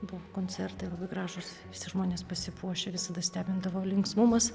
buvo koncertai gražūs žmonės pasipuošę visada stebindavo linksmumas